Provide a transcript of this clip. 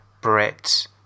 Brett